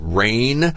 rain